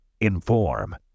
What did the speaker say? Inform